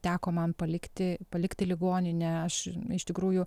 teko man palikti palikti ligoninę aš iš tikrųjų